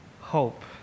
hope